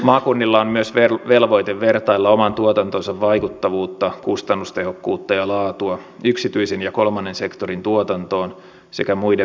maakunnilla on myös velvoite vertailla oman tuotantonsa vaikuttavuutta kustannustehokkuutta ja laatua yksityisen ja kolmannen sektorin tuotantoon sekä muiden maakuntien tuotantoon